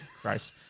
Christ